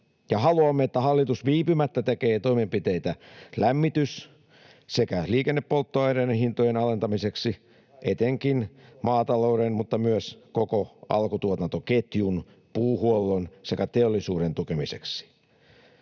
Ja haluamme, että hallitus viipymättä tekee toimenpiteitä lämmitys- sekä liikennepolttoaineiden hintojen alentamiseksi, etenkin maatalouden mutta myös koko alkutuotantoketjun, puuhuollon sekä teollisuuden tukemiseksi.